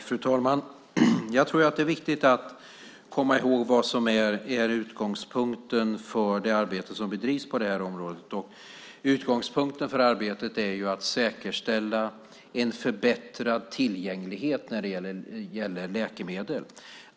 Fru talman! Jag tror att det är viktigt att komma ihåg vad som är utgångspunkten för det arbete som bedrivs på det här området. Utgångspunkten för arbetet är att säkerställa en förbättrad tillgänglighet när det gäller läkemedel.